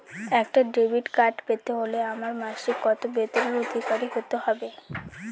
একটা debit card পেতে হলে আমার মাসিক কত বেতনের অধিকারি হতে হবে?